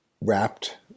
wrapped